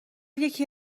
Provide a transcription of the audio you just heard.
یکی